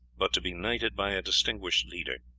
but to be knighted by a distinguished leader,